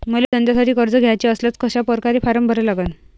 मले धंद्यासाठी कर्ज घ्याचे असल्यास कशा परकारे फारम भरा लागन?